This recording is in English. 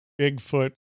Bigfoot